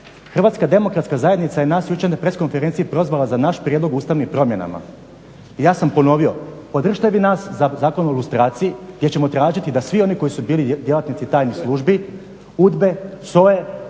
samo na jednu stvar. HDZ je nas jučer na preskonferenciji prozvala za naš prijedlog u ustavnim promjenama. I ja sam ponovio, podržite vi nas za zakon o lustraciji gdje ćemo tražiti da svi oni koji su bili djelatnici tajnih službi UDBA-e,